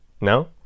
No